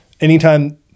anytime